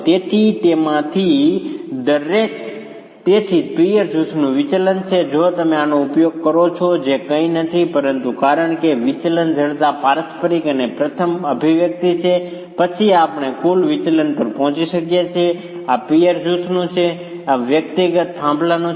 તેથી તેમાંથી દરેક તેથી પિયર જૂથનું વિચલન છે જો તમે આનો ઉપયોગ કરો છો જે કંઈ નથી પરંતુ કારણ કે વિચલન અને જડતા પારસ્પરિક અને પ્રથમ અભિવ્યક્તિ છે પછી આપણે કુલ વિચલન પર પહોંચી શકીએ છીએ આ પિઅર જૂથનું છે આ વ્યક્તિગત થાંભલાનું છે